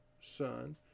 son